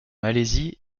malaisie